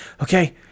okay